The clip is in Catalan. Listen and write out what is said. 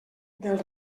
del